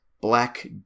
Black